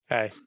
Hey